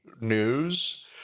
news